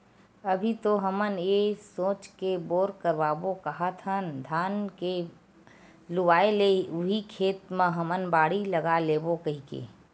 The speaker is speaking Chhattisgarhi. अभी तो हमन ये सोच के बोर करवाबो काहत हन धान के लुवाय ले उही खेत म हमन बाड़ी लगा लेबो कहिके